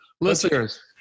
Listeners